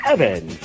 Evan